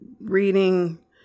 reading